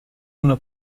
una